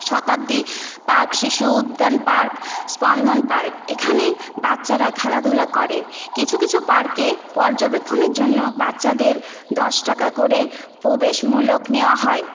শতাব্দী park শিশু উদ্যান park Spandan park এখানে বাচ্চারা খেলাধুলা করে কিছু কিছু পার্কে পর্যবেক্ষণের জন্য বাচ্চাদের দশ টাকা করে প্রবেশমূলক নেওয়া হয়